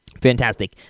Fantastic